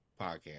podcast